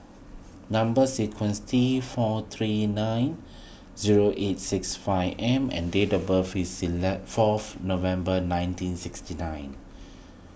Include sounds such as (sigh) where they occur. Number Sequence T four three nine zero eight six five M and date of birth is (unintelligible) fourth November nineteen sixty nine (noise)